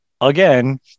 again